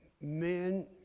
men